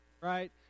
right